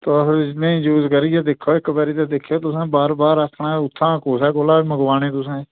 तुस इनेंगी यूज़ करियै दिक्खो इक्क बारी ते तुसें इनेंगी बार बार कुसै कोला बी मंगवाने इत्थां